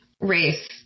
race